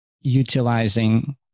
utilizing